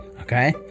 okay